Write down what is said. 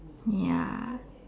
ya